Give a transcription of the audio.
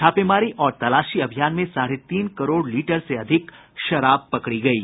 छापेमारी और तलाशी अभियान में साढ़े तीन करोड़ लीटर से अधिक शराब पकड़ी गयी